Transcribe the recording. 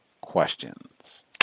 questions